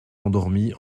endormis